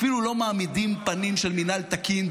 אפילו לא מעמידים פנים של מינהל תקין,